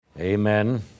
Amen